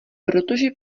protože